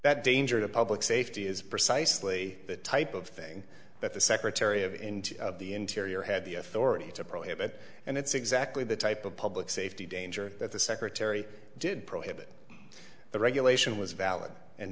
that danger to public safety is precisely the type of thing that the secretary of the interior had the authority to prohibit and it's exactly the type of public safety danger that the secretary did prohibit the regulation was valid and